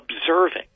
observing